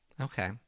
Okay